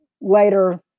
later